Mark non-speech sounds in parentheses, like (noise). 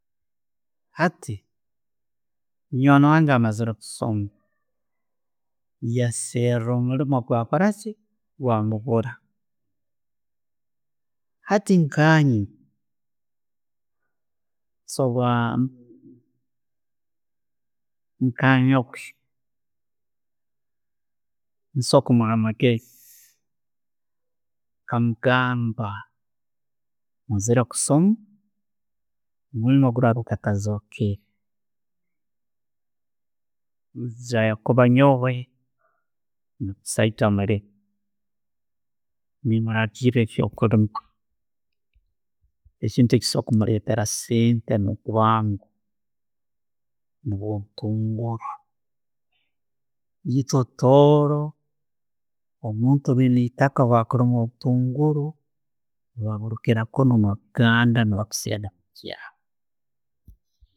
Hati, munywani wange amaziire kusoma yassera omuliimu gwakora ki, gwamubura hati nkanye nsobora nkanyoowe nkusobora kumuha amaageezi nkamugamba, omaziirere kusoma, omuliimu bweguraba gutazokere, kubanyoowe ndimusaijja muliimi ne'muragiiriila ebyo'kuliima. Ekintu echikusobora kumuleetera sente omubwangu nubwo'obutungulu, omuntu haiyina etaaka bwakuliima obutunguru, bakira kuruga omubuganda ne'babuseera omukyalo (hesitation)